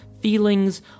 feelings